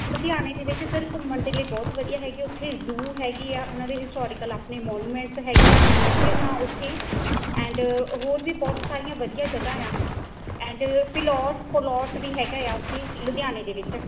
ਲੁਧਿਆਣੇ ਦੇ ਵਿੱਚ ਸਰ ਘੁੰਮਣ ਦੇ ਲਈ ਬਹੁਤ ਵਧੀਆ ਹੈਗੇ ਉੱਥੇ ਜ਼ੂ ਹੈਗੀ ਆ ਉਹਨਾਂ ਦੇ ਹਿਸਟੋਰੀਕਲ ਆਪਣੇ ਮੋਨੂਮੈਂਟਸ ਹੈਗੇ ਆ ਮਿਊਜ਼ੀਅਮ ਆ ਉੱਥੇ ਐਂਡ ਹੋਰ ਵੀ ਬਹੁਤ ਸਾਰੀਆਂ ਵਧੀਆ ਜਗ੍ਹਾ ਆ ਐਂਡ ਫਿਲੋਸ ਫਲੋਟ ਵੀ ਹੈਗਾ ਆ ਉੱਥੇ ਲੁਧਿਆਣੇ ਦੇ ਵਿੱਚ